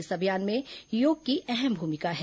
इस अभियान में योग की अहम भूमिका है